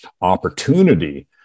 opportunity